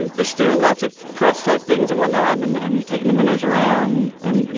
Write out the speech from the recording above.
and there's still lots of press type things. and one night and and taking them when there's around and, you